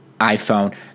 iPhone